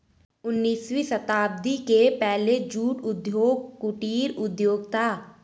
उन्नीसवीं शताब्दी के पहले जूट उद्योग कुटीर उद्योग था